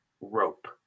rope